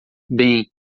bem